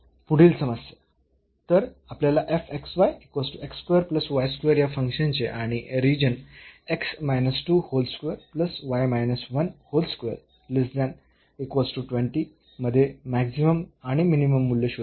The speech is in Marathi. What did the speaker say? पुढील समस्या तर आपल्याला या फंक्शनचे आणि रिजन मध्ये मॅक्सिमम आणि मिनिमम मूल्य शोधायचे आहे